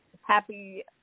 happy